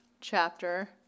chapter